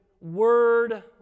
word